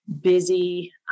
Busy